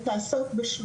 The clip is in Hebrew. האם להשתמש בתוכנית,